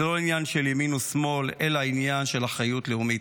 זה לא עניין של ימין או שמאל אלא עניין של אחריות לאומית.